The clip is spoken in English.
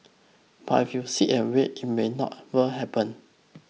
but if you sit and wait it may not were happen